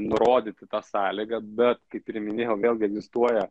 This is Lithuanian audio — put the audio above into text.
nurodyti tą sąlygą bet kaip ir minėjau vėlgi egzistuoja